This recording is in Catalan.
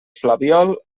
flabiol